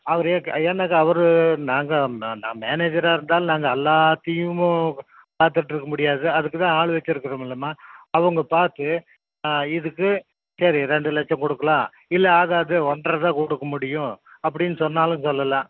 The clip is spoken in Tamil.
அவரை ஏன்னாக்கா அவர் நாங்கள் நான் மேனேஜராக இருந்தாலும் நாங்கள் அல்லாத்தையும் பாத்திட்ருக்க முடியாது அதுக்குதான் ஆள் வச்சிருக்கிறோமில்லம்மா அவங்க பார்த்து இதுக்கு சரி ரெண்டு லட்சம் கொடுக்கலாம் இல்லை ஆகாது ஒன்ரை தான் கொடுக்க முடியும் அப்படின்னு சொன்னாலும் சொல்லலாம்